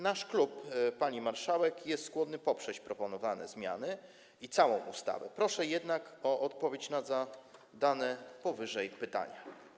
Nasz klub, pani marszałek, jest skłonny poprzeć proponowane zmiany i całą ustawę, proszę jednak o odpowiedź na zadane powyżej pytania.